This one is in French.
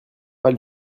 pas